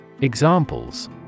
Examples